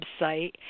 website